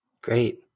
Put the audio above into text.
Great